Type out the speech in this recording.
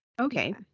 Okay